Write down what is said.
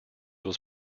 was